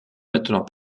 maintenant